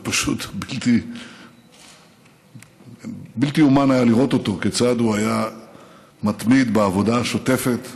פשוט בלתי יאומן היה לראות אותו כיצד הוא היה מתמיד בעבודה השוטפת